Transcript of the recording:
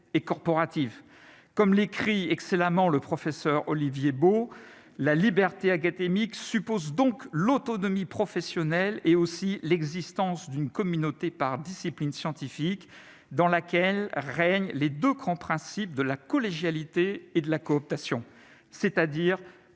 et corporatifs, comme l'écrit excellemment le professeur Olivier Baud la liberté académique suppose donc l'autonomie professionnelle et aussi l'existence d'une communauté par discipline scientifique dans laquelle règne, les 2 grands principes de la collégialité et de la cooptation, c'est-à-dire